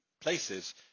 places